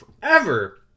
forever